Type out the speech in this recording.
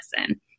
listen